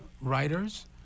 writers